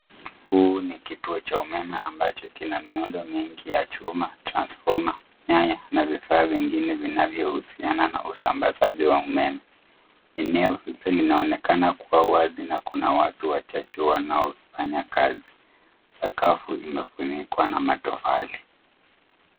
Huu ni kituo cha umeme ambacho kina miundo mingi ya chuma, transfoma, nyaya na vifaa vingine vinavyohusiana na usambazaji wa umeme. Eneo hili linaonekana kuwa wazi na kuna watu wachache wanaofanya kazi. Sakafu imefunikwa na matofali.